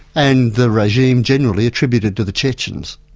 and the regime generally, attributed to the chechens.